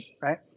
right